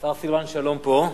השר סילבן שלום פה.